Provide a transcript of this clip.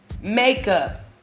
Makeup